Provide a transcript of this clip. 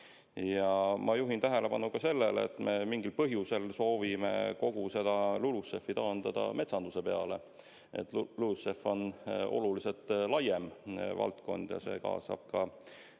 Ma juhin tähelepanu ka sellele, et me mingil põhjusel soovime kogu seda LULUCF-i taandada metsanduse peale, aga LULUCF on oluliselt laiem valdkond, see kaasab